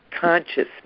consciousness